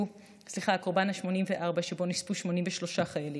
סליחה, הקורבן ה-74, שבו נספו 73 חיילים.